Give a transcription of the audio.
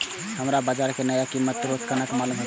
हमरा बाजार के नया कीमत तुरंत केना मालूम होते?